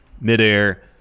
midair